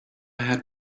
had